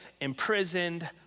imprisoned